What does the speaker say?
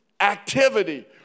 activity